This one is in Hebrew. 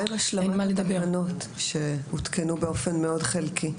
מה עם השלמה לתקנות שהותקנו באופן מאוד חלקי,